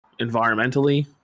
environmentally